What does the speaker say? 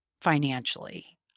financially